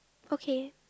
okay